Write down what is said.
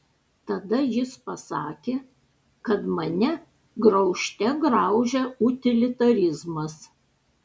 tada jis pasakė kad mane graužte graužia utilitarizmas